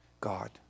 God